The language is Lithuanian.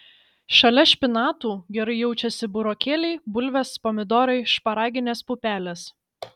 šalia špinatų gerai jaučiasi burokėliai bulvės pomidorai šparaginės pupelės